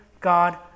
God